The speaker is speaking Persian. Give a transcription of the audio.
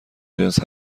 جنس